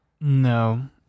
No